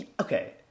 Okay